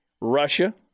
Russia